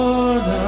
Lord